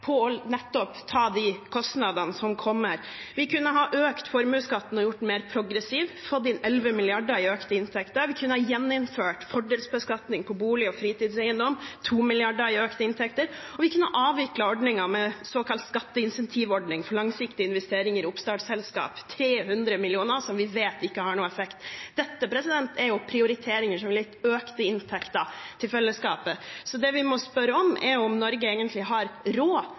på nettopp å ta de kostnadene som kommer. Vi kunne ha økt formuesskatten, gjort den mer progressiv og fått inn 11 mrd. kr i økte inntekter. Vi kunne ha gjeninnført fordelsbeskatning på bolig- og fritidseiendom, med 2 mrd. kr i økte inntekter. Og vi kunne ha avviklet ordningen med såkalt skatteincentivordning for langsiktige investeringer i oppstartsselskap – 300 mill. kr som vi vet ikke har noen effekt. Dette er prioriteringer som ville gitt økte inntekter til fellesskapet. Så det vi må spørre om, er om Norge egentlig har råd